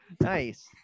Nice